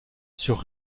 sur